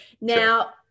Now